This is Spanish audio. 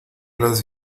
las